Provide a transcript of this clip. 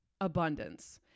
abundance